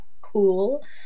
cool